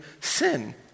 sin